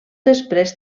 després